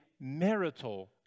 marital